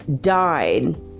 died